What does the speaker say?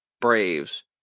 Braves